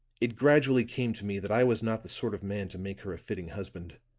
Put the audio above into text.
it gradually came to me that i was not the sort of man to make her a fitting husband.